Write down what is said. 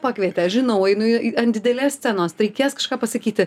pakvietė aš žinau einu į an didelės scenos reikės kažką pasakyti